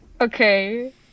Okay